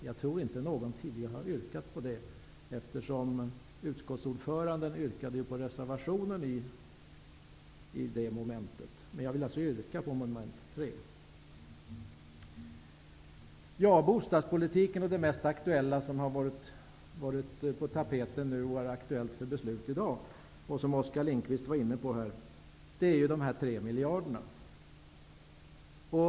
Jag tror inte att någon tidigare har yrkat bifall till utskottets hemställan på den punkten, eftersom utskottsordföranden ju yrkade bifall till reservationen under det momentet. Jag yrkar alltså bifall till utskottets hemställan under mom. 3. Den fråga inom bostadspolitiken som nu är på tapeten och som är aktuell för beslut i dag är minskningen av bostadsstödet med tre miljarder, vilket Oskar Lindkvist också talade om tidigare.